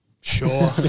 Sure